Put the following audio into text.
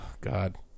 God